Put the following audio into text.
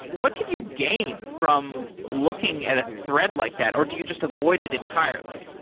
what can you gain from looking at a thread like that or do you just avoid it entirely?